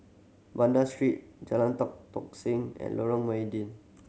Banda Street Jalan Tan Tock Seng and Lorong